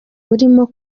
burimo